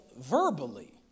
verbally